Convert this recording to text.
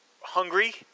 hungry